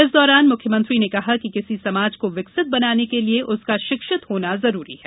इस दौरान मुख्यमंत्री ने कहा कि किसी समाज को विकसित बनाने के लिए उसका शिक्षित होना जरूरी है